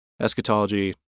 eschatology